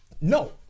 no